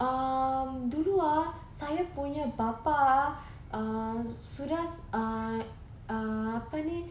um dulu ah saya punya bapa uh sudah uh uh apa ni